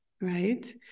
right